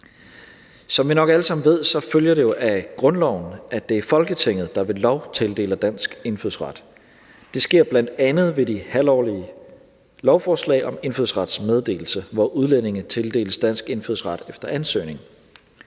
Som vi nok alle sammen ved, følger det jo af grundloven, at det er Folketinget, der ved lov tildeler dansk indfødsret. Det sker bl.a. ved de halvårlige lovforslag om indfødsretsmeddelelse, hvor udlændinge tildeles dansk indfødsret efter ansøgning.